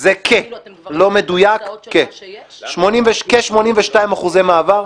זה "כ-", לא מדויק, "כ-" כ-82% מעבר,